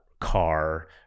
car